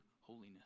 holiness